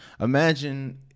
Imagine